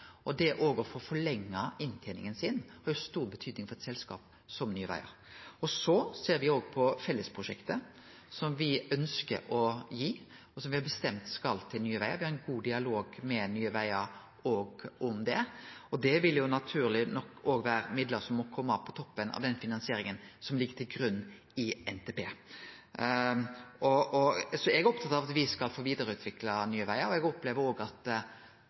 og det å få forlenga innteninga si har stor betyding for eit selskap som Nye Vegar. Så ser me òg på fellesprosjektet, som me har ønskt å gi, og som me har bestemt skal gå til Nye Vegar. Me har ein god dialog med Nye Vegar òg om det. Det vil naturleg nok vere midlar som må kome på toppen av den finansieringa som ligg til grunn i NTP. Eg er opptatt av at me skal vidareutvikle Nye Vegar, og når eg les innstillinga, opplever eg òg at